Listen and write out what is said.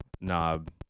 knob